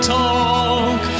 talk